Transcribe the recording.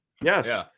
Yes